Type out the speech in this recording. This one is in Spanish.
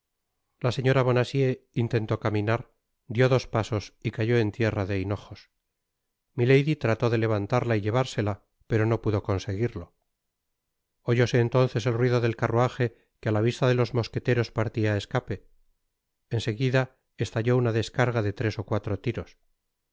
la señora bonacieux intentó caminar dió dos pasos y cayó en tierra de hinojos milady trató de levantarla y llevársela pero no pudo conseguirlo oyóse entonces el ruido del carruaje que á la vista de los mosqueteros partía á escape en seguida estalló una descarga de tres ó cuatro tiros por